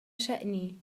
شأني